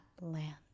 land